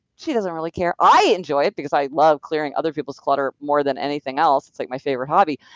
she doesn't really care. i enjoy it because i love clearing other people's clutter more than anything else. it's like my favorite hobby,